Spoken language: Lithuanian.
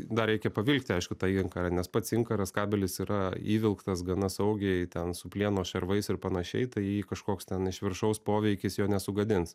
dar reikia pavilkti aišku tą inkarą nes pats inkaras kabelis yra įvilktas gana saugiai ten su plieno šarvais ir panašiai tai kažkoks ten iš viršaus poveikis nesugadins